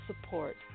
support